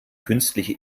künstliche